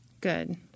Good